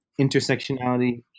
Intersectionality